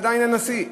ועדיין אין נשיא,